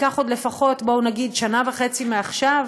יעברו לפחות, בואו נגיד, שנה וחצי מעכשיו.